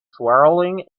swirling